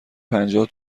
پنجاه